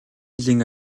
жилийн